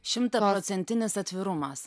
šimtaprocentinis atvirumas